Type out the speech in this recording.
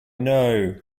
know